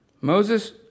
Moses